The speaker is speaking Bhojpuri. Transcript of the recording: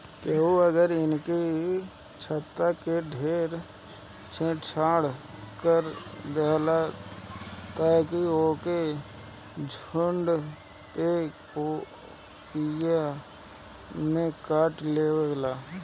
केहू अगर इनकी छत्ता से छेड़ छाड़ कर देहलस त इ ओके झुण्ड में पोकिया में काटलेवेला